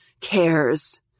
cares